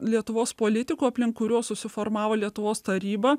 lietuvos politikų aplink kuriuos susiformavo lietuvos taryba